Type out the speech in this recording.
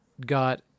got